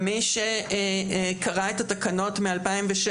מי שקרא את התקנות מ-2006,